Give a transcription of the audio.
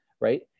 right